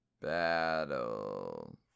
battle